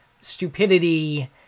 stupidity